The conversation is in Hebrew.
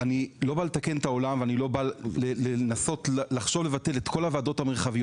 אני לא בא לתקן את העולם ואני לא בא לנסות לבטל את כל הוועדות המרחביות,